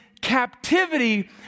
captivity